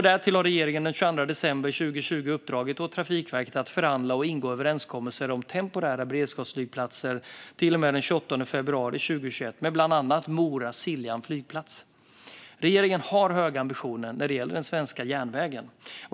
Därtill har regeringen den 22 december 2020 uppdragit åt Trafikverket att förhandla och ingå överenskommelser om temporära beredskapsflygplatser till och med den 28 februari 2021, med bland annat Mora-Siljan flygplats. Regeringen har höga ambitioner när det gäller den svenska järnvägen.